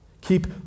Keep